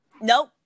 Nope